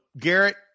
Garrett